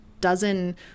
dozen